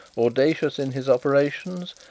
audacious in his operations,